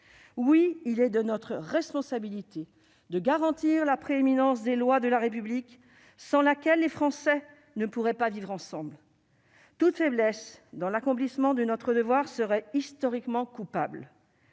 Oui, il est de notre responsabilité de garantir la prééminence des lois de la République sans laquelle les Français ne pourraient pas vivre ensemble. Toute faiblesse dans l'accomplissement de notre devoir serait historiquement coupable.